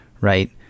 right